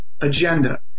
agenda